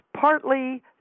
partly